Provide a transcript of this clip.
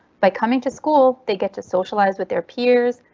by coming to school they get to socialize with their peers,